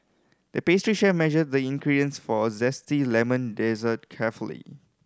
the pastry chef measured the ingredients for zesty lemon dessert carefully